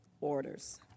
orders